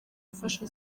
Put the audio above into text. gufasha